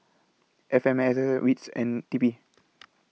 F M S S WITS and T P